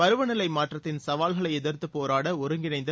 பருவ நிலை மாற்றத்தின் சவால்களை எதிர்த்துப் போராட ஒருங்கிணைந்த